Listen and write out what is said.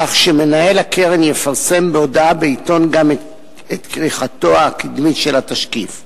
כך שמנהל הקרן יפרסם בהודעה בעיתון גם את כריכתו הקדמית של התשקיף.